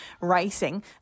racing